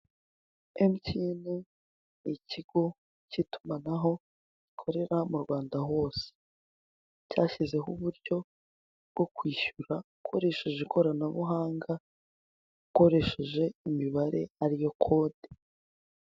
Emutiyene ni ikigo cy'itumanaho gikorera mu Rwanda hose. Cyashyizeho uburyo bwo kwishyura ukoresheje ikoranabuhanga, ukoresheje imibare ariyo kode.